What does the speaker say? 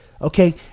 okay